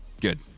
Good